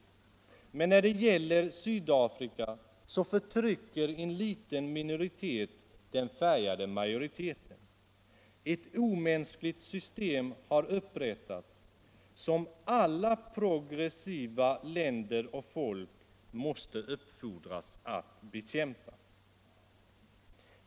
Men i Sydafrika förtrycker en liten vit minoritet den färgade majoriteten. Ett omänskligt system har upprättats, som alla progressiva länder och folk måste uppfordras att bekämpa.